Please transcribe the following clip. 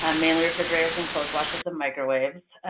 um mainly refrigerators and clothes washers and microwaves.